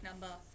number